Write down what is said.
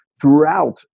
throughout